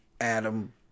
Adam